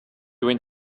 went